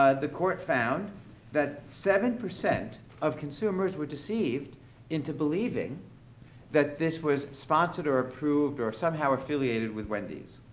ah the court found that seven percent of consumers were deceived into believing that this was sponsored or approved or somehow affiliated with wendy's.